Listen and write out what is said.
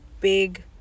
big